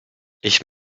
ich